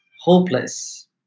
hopeless